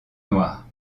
noire